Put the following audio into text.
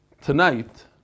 tonight